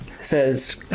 says